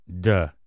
Duh